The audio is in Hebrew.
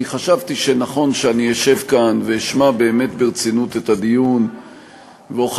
כי חשבתי שנכון שאני אשב כאן ואשמע באמת ברצינות את הדיון ואוכל